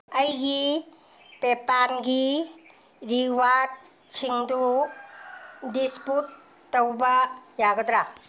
ꯑꯩꯒꯤ ꯄꯦꯄꯥꯟꯒꯤ ꯔꯤꯋꯥꯔꯠꯁꯤꯡꯗꯨ ꯗꯤꯁꯄꯨꯠ ꯇꯧꯕ ꯌꯥꯒꯗ꯭ꯔꯥ